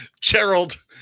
Gerald